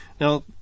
Now